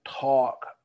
talk